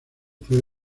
fue